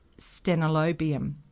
stenolobium